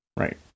right